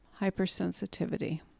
hypersensitivity